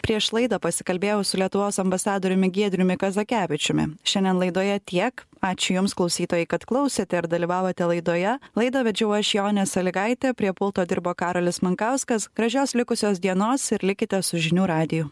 prieš laidą pasikalbėjau su lietuvos ambasadoriumi giedriumi kazakevičiumi šiandien laidoje tiek ačiū jums klausytojai kad klausėte ar dalyvavote laidoje laidą vedžiau aš jonė salygaitė prie pulto dirbo karolis mankauskas gražios likusios dienos ir likite su žinių radiju